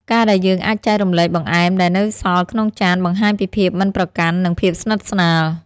ការដែលយើងអាចចែករំលែកបង្អែមដែលនៅសល់ក្នុងចាន បង្ហាញពីភាពមិនប្រកាន់ និងភាពស្និទ្ធស្នាល។